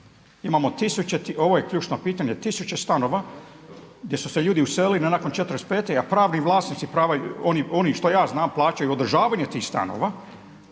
Imamo tisuće, ovo je ključno pitanje, tisuće stanova gdje su se ljudi uselili nakon 45. a pravi vlasnici, oni što ja znam plaćaju održavanje tih stanova